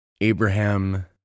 Abraham